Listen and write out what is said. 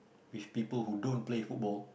with people who don't play football